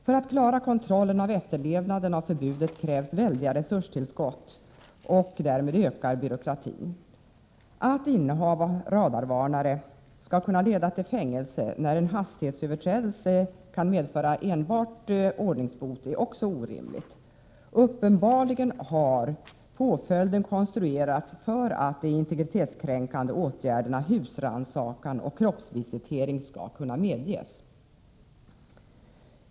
För att klara kontrollen av: efterlevnaden av förbudet krävs väldiga resurstillskott, och därmed ökar byråkratin. Att innehav av radarvarnare skall kunna leda till fängelse, när en hastighetsöverträdelse kan medföra enbart ordningsbot, är också orimligt. Uppenbarligen har påföljden konstruerats för att de integritetskränkande åtgärderna husrannsakan och kroppsvisitering skall kunna medges.